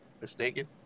mistaken